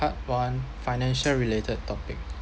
part one financial related topic